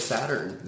Saturn